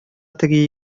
теге